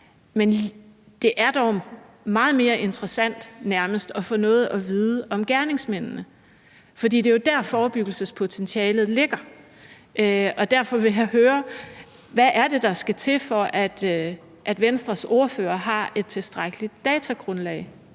men det er dog meget mere interessant at få noget at vide om gerningsmændene, for det er jo der, forebyggelsespotentialet ligger. Derfor vil jeg høre: Hvad er det, der skal til, for at Venstres ordfører har et tilstrækkeligt datagrundlag?